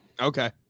Okay